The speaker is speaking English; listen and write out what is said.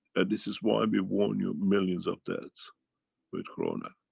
and this is why we warn you millions of deaths with corona.